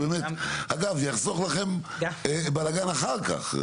אגב זה יחסוך לכם בלאגן אחר כך.